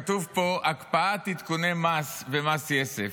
כתוב פה: הקפאת עדכוני מס ומס יסף.